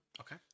Okay